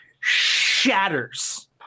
shatters